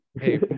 hey